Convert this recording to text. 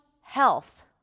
health